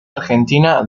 argentina